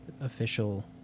official